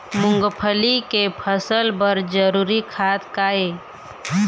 मूंगफली के फसल बर जरूरी खाद का ये?